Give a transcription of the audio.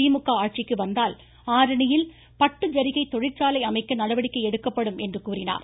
திமுக ஆட்சிக்கு வந்தால் ஆரணியில் பட்டு ஜரிகை தொழிற்சாலை அமைக்க நடவடிக்கை எடுக்கப்படும் என்றும் கூறினார்